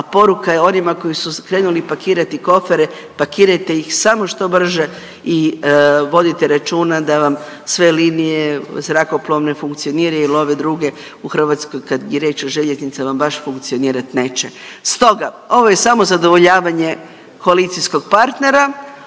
a poruka je onima koji su krenuli pakirati kofere, pakirajte ih samo što brže i vodite računa da vam sve linije zrakoplovne funkcioniraju jel ove druge u Hrvatskoj kad je riječ o željeznicama baš funkcionirat neće. Stoga ovo je samo zadovoljavanje koalicijskog partnera,